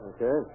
Okay